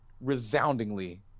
resoundingly